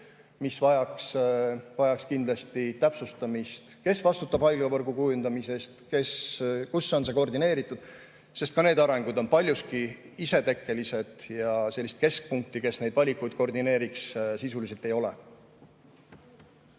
mis vajaks kindlasti täpsustamist: kes vastutab haiglavõrgu kujundamise eest, kus on see koordineeritud, sest ka need arengud on paljuski isetekkelised. Sellist keskpunkti, kes neid valikuid koordineeriks, sisuliselt ei ole.